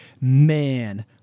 man